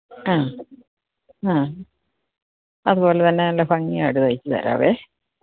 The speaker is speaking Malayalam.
ആ ആ അതുപോലെ തന്നെ നല്ല ഭംഗിയായിട്ട് തയ്ച്ചുതരാം